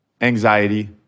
anxiety